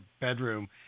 bedroom